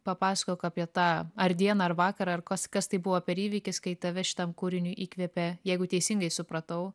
papasakok apie tą ar dieną ar vakarą ar kas kas tai buvo per įvykis kai tave šitam kūriniui įkvėpė jeigu teisingai supratau